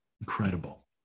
Incredible